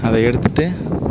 அதை எடுத்துட்டு